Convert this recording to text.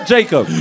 Jacob